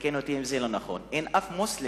ותקן אותי אם זה לא נכון, אין אף מוסלמית